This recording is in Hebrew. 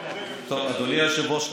אדוני היושב-ראש,